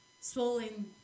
swollen